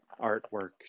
artwork